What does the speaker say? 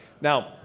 Now